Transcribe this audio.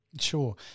Sure